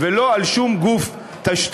ולא על שום גוף תשתית.